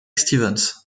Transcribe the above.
stevens